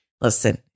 listen